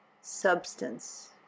substance